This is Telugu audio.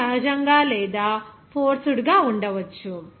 ఇది సహజంగా లేదా ఫోర్స్డ్ గా ఉండవచ్చు